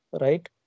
right